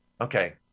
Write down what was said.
Okay